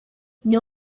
know